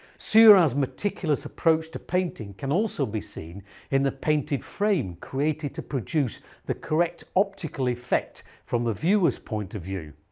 seurat's meticulous approach to painting can also be seen in the painted frame created to produce the correct optical effect from the viewers point of view.